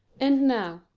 and now,